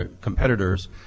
competitors